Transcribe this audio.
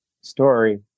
story